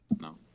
No